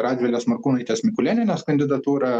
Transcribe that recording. radvilės morkūnaitės mikulėnienės kandidatūrą